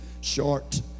short